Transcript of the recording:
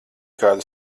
kādu